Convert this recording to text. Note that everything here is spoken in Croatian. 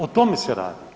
O tome se radi.